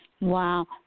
Wow